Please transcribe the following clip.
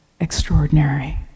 extraordinary